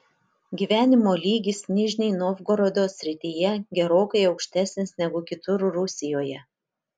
gyvenimo lygis nižnij novgorodo srityje gerokai aukštesnis negu kitur rusijoje